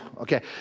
okay